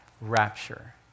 Rapture